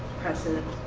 precedent?